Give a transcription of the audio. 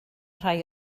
rhai